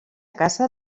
casa